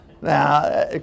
Now